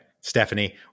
Stephanie